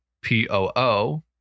P-O-O